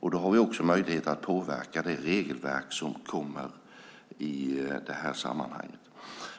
och då har vi också möjligheter att påverka det regelverk som kommer i det här sammanhanget.